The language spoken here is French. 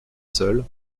seule